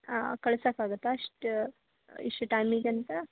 ಹಾಂ ಕಳ್ಸಕೆ ಆಗುತ್ತಾ ಅಷ್ಟು ಇಷ್ಟು ಟೈಮಿಗೆ ಅಂತ